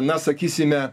na sakysime